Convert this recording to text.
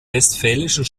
westfälischen